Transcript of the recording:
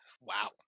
Wow